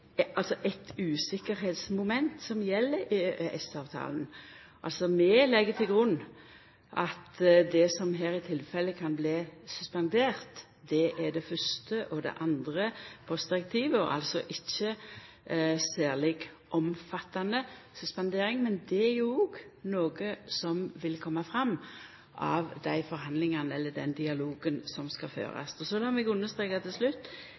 som her i tilfelle kan bli suspendert, er det fyrste og det andre postdirektivet – altså inga særleg omfattande suspendering. Men det er òg noko som vil koma fram av dei forhandlingane, eller den dialogen, som skal førast. Lat meg understreka til slutt